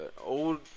old